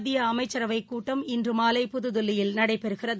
மத்தியஅமைச்சரவைக் கூட்டம் இன்றுமாலை புதுதில்லியில் நடைபெறுகிறது